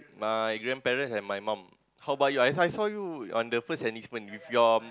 my grandparents and my mum how about you I I saw you on your first enlistment with your